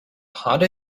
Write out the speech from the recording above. harder